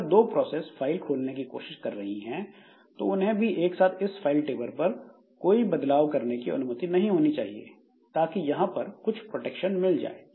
अगर दो process file खोलने की कोशिश कर रही हैं तो उन्हें भी एक साथ इस फाइल टेबल पर कोई बदलाव करने की अनुमति नहीं होनी चाहिए ताकि यहां पर कुछ प्रोटेक्शन मिल जाए